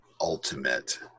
ultimate